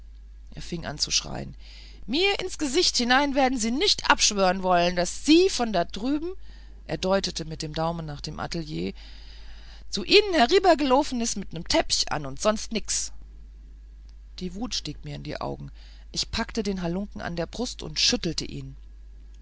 er fing an zu schreien mir ins gesicht hinein werden sie nicht abschwören daß sie von da drüben er deutete mit dem daumen nach dem atelier zu ihnen heribber geloffen is mit en teppich an und sonst nix die wut stieg mir in die augen ich packte den halunken an der brust und schüttelte ihn